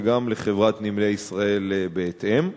וגם לחברת "נמלי ישראל" בהתאם.